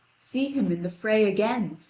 see him in the fray again,